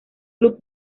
club